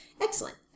Excellent